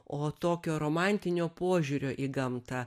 o tokio romantinio požiūrio į gamtą